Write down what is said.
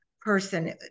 person